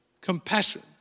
compassion